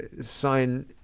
sign